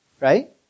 Right